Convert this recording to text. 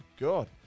God